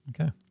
Okay